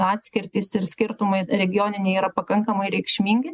atskirtys ir skirtumai regioniniai yra pakankamai reikšmingi